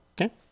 okay